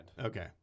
Okay